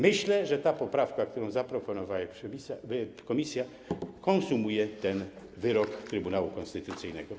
Myślę, że ta poprawka, którą zaproponowała komisja, konsumuje ten wyrok Trybunału Konstytucyjnego.